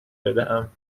بدهم